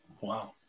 Wow